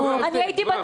הייתי בדיונים.